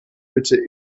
bitte